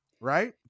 right